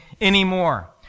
anymore